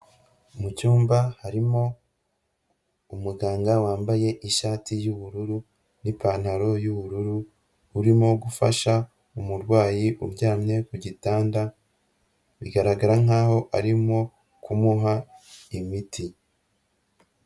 Mu cyumba harimo umuganga wambaye ishati y'ubururu n'ipantaro y'ubururu, urimo gufasha umurwayi uryamye ku gitanda, bigaragara nk'aho arimo kumuha imiti.